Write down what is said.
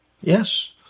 Yes